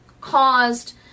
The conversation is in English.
caused